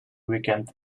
weekend